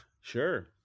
Sure